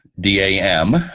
D-A-M